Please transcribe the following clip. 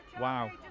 Wow